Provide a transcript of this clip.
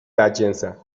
بدجنسم